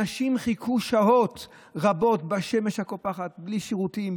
אנשים חיכו שעות רבות בשמש הקופחת בלי שירותים,